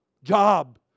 job